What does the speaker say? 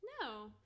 No